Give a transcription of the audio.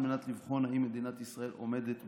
על מנת לבחון אם מדינת ישראל עומדת בהוראותיה.